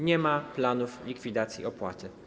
Nie ma planów likwidacji opłaty.